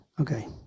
Okay